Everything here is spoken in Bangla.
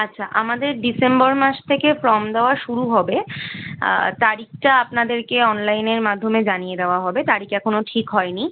আচ্ছা আমাদের ডিসেম্বর মাস থেকে ফর্ম দেওয়া শুরু হবে তারিখটা আপনাদেরকে অনলাইনের মাধ্যমে জানিয়ে দেওয়া হবে তারিখ এখনো ঠিক হয় নি